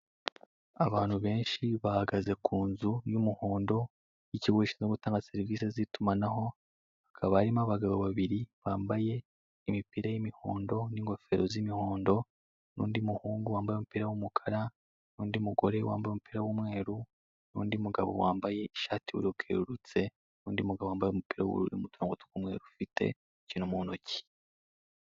Abantu benshi bahagaze ku nzu y'umuhondo y'ikigo gishinzwe no gutanga serivise z'itumanaho, hakaba harimo abagabo babiri bambaye imipira y'imihondo n'ingofero z'imihondo, n'undi muhungu wambaye umupira w'umukara, n'undi mugore wambaye umupira w'umweru, n'undi mugabo wambaye ishati y'ubururu bwerurutse, n'undi mugabo wambaye umupira w'ubururu urimo uturongo tw'umweru ufite ikintu mu ntoki.